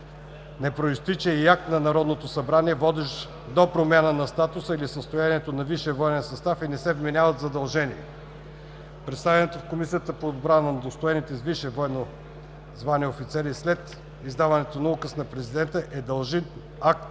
Не произтича и акт на Народното събрание, водещ до промяна на статуса или състоянието на висшия военен състав, и не се вменяват задължения. Представянето в Комисията по отбрана на удостоените с висше военно звание офицери след издаването на указ на президента е дължим акт